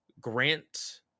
grant